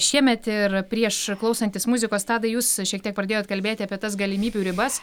šiemet ir prieš klausantis muzikos tadai jūs šiek tiek pradėjot kalbėti apie tas galimybių ribas